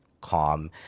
calm